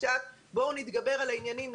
בואו נתגבר על העניינים,